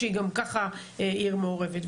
שהיא גם ככה עיר מעורבת.